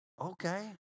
okay